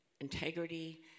integrity